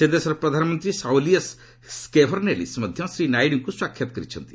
ସେ ଦେଶର ପ୍ରଧାନମନ୍ତ୍ରୀ ସଉଲିଅସ୍ ସ୍କେଭରନେଲିସ୍ ମଧ୍ୟ ଶ୍ରୀ ନାଇଡୁଙ୍କୁ ସାକ୍ଷାତ କରିଛନ୍ତି